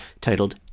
titled